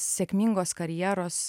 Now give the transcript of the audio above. sėkmingos karjeros